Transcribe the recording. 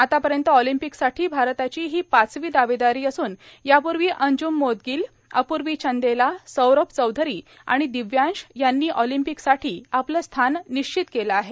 आतापर्यंत ऑलिंपिकसाठी भारताची ही पाचवी दावेदारी असून यापूर्वी अंजूम मोदगील अपूर्वी चंदेला सौरभ चौधरी आणि दिव्यांश यांनी ऑलिंपिकसाठी आपलं स्थान निश्चित केलं आहे